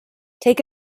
take